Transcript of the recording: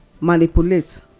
manipulate